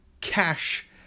cash